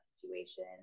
situation